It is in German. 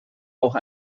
auch